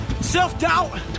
self-doubt